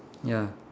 ya